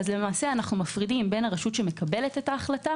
למעשה, אנחנו מפרידים בין הרשות שמקבלת את ההחלטה